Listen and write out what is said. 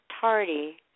tardy